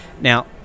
Now